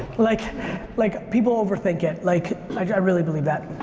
like like people overthink it, like i really believe that.